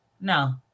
no